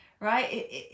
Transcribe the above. right